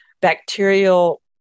bacterial